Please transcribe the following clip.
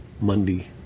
Monday